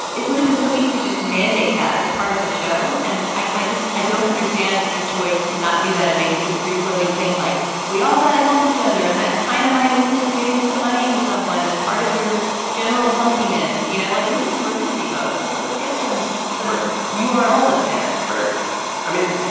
it would've been so easy to just mandate. that is part of the show. and i i just i don't understand the choice to not do that and make it this free-floating thing. like we all got to help each other. and that kind of might include giving some money to someone as part of your general healthiness. you know, like this is emergency mode. let's let's get some somewhere you url's up there i mean,